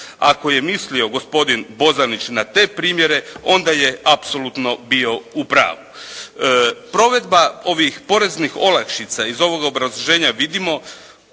Ako je mislio gospodin Bozanić na te primjene onda je apsolutno bio u pravu. Provedba ovih poreznih olakšica iz ovoga obrazloženja vidimo,